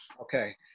Okay